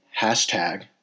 hashtag